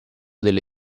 delle